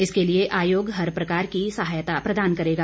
इसके लिए आयोग हर प्रकार की सहायता प्रदान करेगा